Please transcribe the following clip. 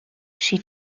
she